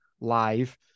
live